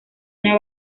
una